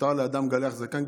מותר לאדם לגדל זקן,